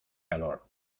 calor